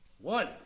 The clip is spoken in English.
One